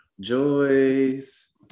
Joyce